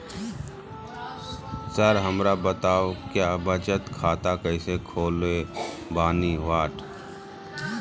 Sir हमरा बताओ क्या बचत खाता कैसे खोले बानी?